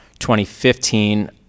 2015